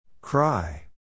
Cry